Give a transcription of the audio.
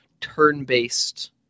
turn-based